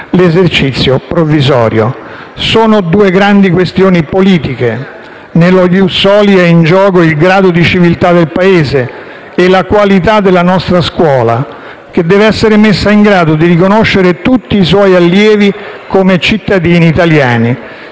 l'esercizio provvisorio. Sono due grandi questioni politiche: nello *ius soli* sono in gioco il grado di civiltà del Paese e la qualità della nostra scuola, che deve essere messa in grado di riconoscere tutti i suoi allievi come cittadini italiani.